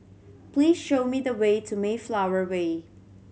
please show me the way to Mayflower Way